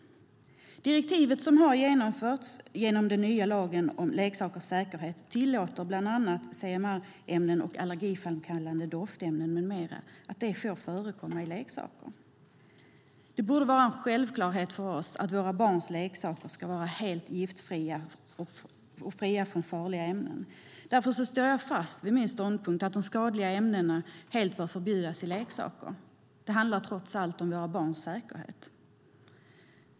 Direktivet som genomförts genom den nya lagen om leksakers säkerhet tillåter bland annat att CMR-ämnen och allergiframkallande doftämnen med mera får förekomma i leksaker. Det borde vara en självklarhet för oss att våra barns leksaker ska vara helt fria från giftiga och farliga ämnen. Därför står jag fast vid min ståndpunkt att de skadliga ämnena helt bör förbjudas i leksaker. Det handlar trots allt om våra barns säkerhet.